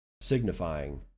signifying